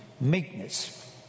meekness